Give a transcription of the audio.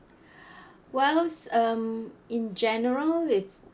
well um in general with